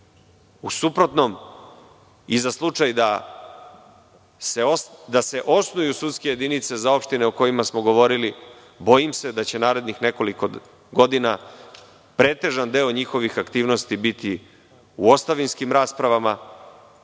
U suprotnom i za slučaj da se osnuje sudske jedinice za opštine o kojima smo govorili, bojim se da će narednih nekoliko godina pretežan deo njihovih aktivnosti biti u ostavinskim raspravama,